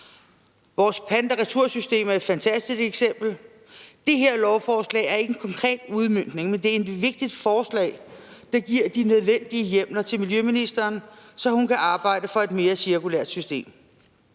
Vores pant- og retursystem er et fantastisk eksempel. Det her lovforslag er ikke en konkret udmøntning, men det er et vigtigt forslag, der giver de nødvendige hjemler til miljøministeren, så hun kan arbejde for et mere cirkulært system.